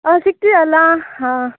ಹಾಂ ಸಿಕ್ತಿಯಲ್ಲಾ ಹಾಂ